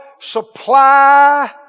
supply